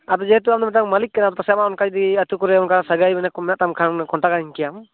ᱟᱫᱚ ᱡᱮᱦᱮᱛᱩ ᱟᱢᱫᱚ ᱢᱤᱫᱴᱟᱝ ᱢᱟᱹᱞᱤᱠ ᱠᱟᱱᱟᱢ ᱯᱟᱥᱮᱫ ᱟᱢᱟᱜ ᱚᱱᱟ ᱡᱩᱫᱤ ᱟᱹᱛᱩ ᱠᱚᱨᱮ ᱚᱱᱠᱟ ᱥᱟᱹᱜᱟᱹᱭ ᱢᱮᱱᱟᱜ ᱛᱟᱢ ᱠᱷᱟᱱ ᱠᱚᱱᱴᱟᱠᱟᱹᱧ ᱠᱮᱭᱟᱢ